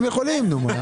שלמה